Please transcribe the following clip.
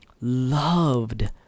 loved